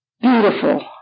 beautiful